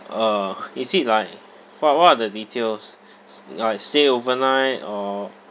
uh is it like what what are the details s~ like stay overnight or